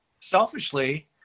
Selfishly